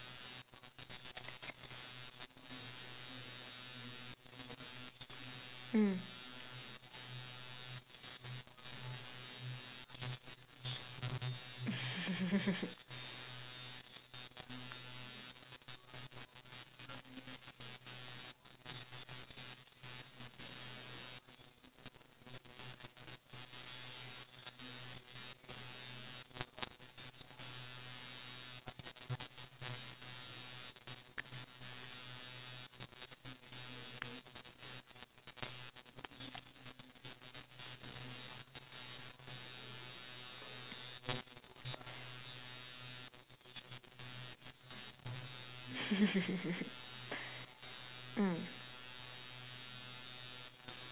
mm mm